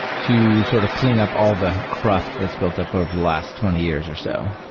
to sort of clean up all the craft that's built up over the last twenty years or so.